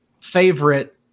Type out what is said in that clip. favorite